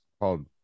called